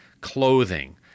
clothing